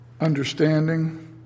understanding